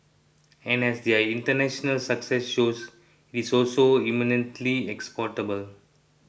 and as their international success shows it is also eminently exportable